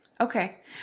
Okay